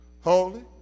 holy